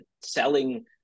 selling